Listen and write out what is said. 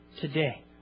today